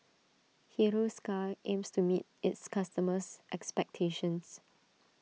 Hiruscar aims to meet its customers' expectations